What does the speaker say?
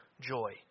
joy